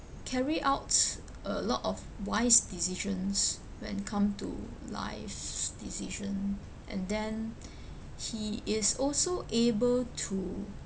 carry out a lot of wise decisions when come to life's decision and then he is also able to